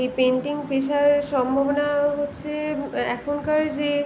এই পেন্টিং পেশার সম্ভাবনা হচ্ছে এখনকার যে